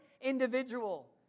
individual